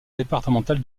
départementale